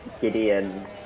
gideon